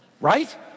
right